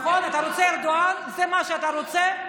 אתה רוצה ארדואן, זה מה שאתה רוצה?